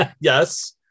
Yes